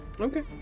Okay